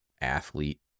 athlete